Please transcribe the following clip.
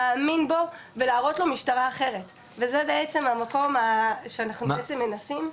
להאמין בו ולהראות לו משטרה אחרת וזה בעצם המקום שאנחנו בעצם מנסים.